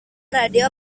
radio